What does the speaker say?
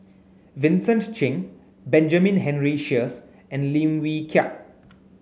Vincent Cheng Benjamin Henry Sheares and Lim Wee Kiak